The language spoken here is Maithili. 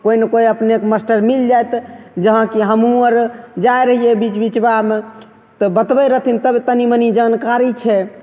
कोइ ने कोइ अपनेके मास्टर मिल जायत जहाँ कि हमहुँ अर जाइ रहियै बीच बीचबामे तऽ बतबय रहथिन तब तनी मनी जानकारी छै